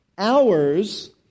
Hours